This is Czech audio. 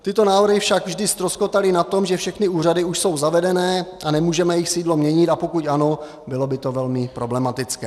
Tyto návrhy však vždy ztroskotaly na tom, že všechny úřady už jsou zavedené a nemůžeme jejich sídlo měnit, a pokud ano, bylo by to velmi problematické.